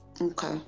Okay